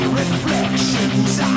reflections